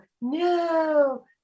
No